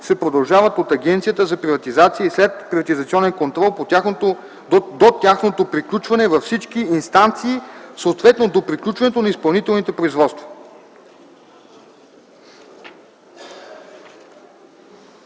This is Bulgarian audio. се продължават от Агенцията за приватизация и следприватизационен контрол до тяхното приключване във всички инстанции, съответно до приключването на изпълнителните производства.”